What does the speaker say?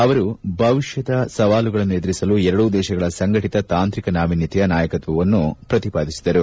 ಅವರು ಭವಿಷ್ಣದ ಸವಾಲುಗಳನ್ನು ಎದುರಿಸಲು ಎರಡೂ ದೇಶಗಳ ಸಂಘಟಿತ ತಾಂತ್ರಿಕ ನಾವಿನ್ಯತೆಯ ನಾಯಕತ್ವದ ಪಾತ್ರವನ್ನು ಪ್ರತಿಪಾದಿಸಿದರು